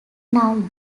now